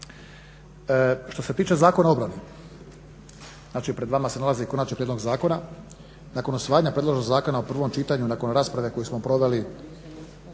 Što se tiče Zakona o obrani, znači pred vama se nalazi konačan prijedlog zakona, nakon usvajanja predloženog zakona u prvom čitanju nakon rasprave koju smo proveli